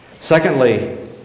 Secondly